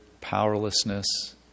powerlessness